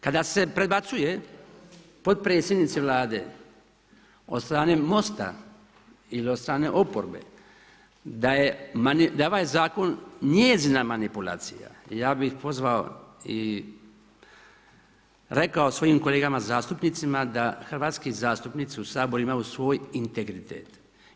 Kada se prebacuje potpredsjednici Vlade od strane MOST-a ili od strane oporbe da je ovaj zakon njezina manipulacija ja bih pozvao i rekao svojim kolegama zastupnicima da hrvatski zastupnici u Saboru imaju svoj integritet.